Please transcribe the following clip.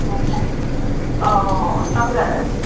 ꯎꯝ ꯑꯧ ꯍꯣꯏ ꯍꯣꯏ ꯍꯣꯏ ꯊꯝꯖꯔꯒꯦ